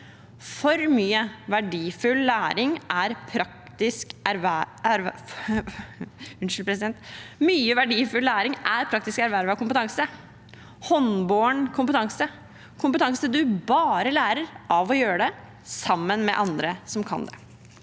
for mye verdifull læring er praktisk ervervet kompetanse, håndbåren kompetanse, kompetanse du bare lærer av å gjøre det sammen med andre som kan det.